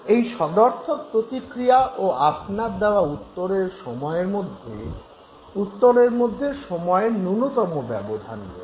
এই সদর্থক প্রতিক্রিয়া ও আপনার দেওয়া উত্তরের মধ্যে সময়ের ন্যূনতম ব্যবধান রয়েছে